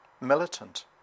militant